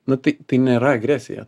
nu tai tai nėra agresija